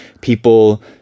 people